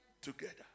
together